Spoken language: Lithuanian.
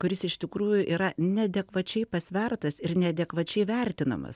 kuris iš tikrųjų yra neadekvačiai pasvertas ir neadekvačiai vertinamas